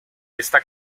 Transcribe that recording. está